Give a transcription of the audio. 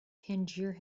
tangier